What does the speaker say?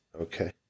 okay